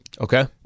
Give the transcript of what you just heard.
Okay